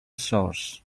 source